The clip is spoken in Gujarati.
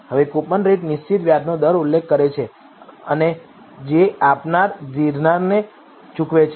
હવે કૂપનરેટ નિશ્ચિત વ્યાજ દરનો ઉલ્લેખ કરે છે જે આપનાર ધીરનારને ચૂકવે છે